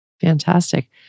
Fantastic